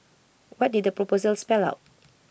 what did the proposal spell out